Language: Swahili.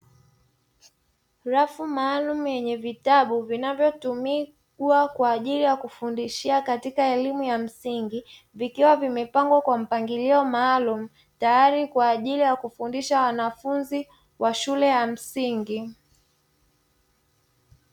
Rafu maalumu yenye vitabu vinavyotumika kwa ajili ya kufundishia katika elimu ya msingi, vikiwa vimepangwa kwa mpangilio maalumu tayari kwa ajili ya kufundisha wanafunzi wa shule ya msingi.